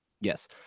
Yes